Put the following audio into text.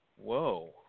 Whoa